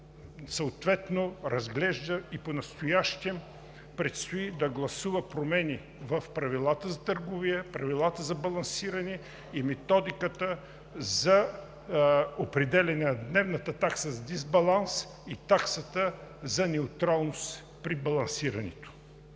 съответно разглежда и понастоящем предстои да гласува промени в Правилата за търговия, Правилата за балансиране и Методиката за определяне на дневната такса за дисбаланс и таксата за неутралност при балансирането.